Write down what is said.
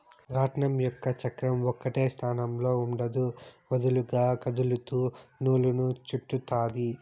రాట్నం యొక్క చక్రం ఒకటే స్థానంలో ఉండదు, వదులుగా కదులుతూ నూలును చుట్టుతాది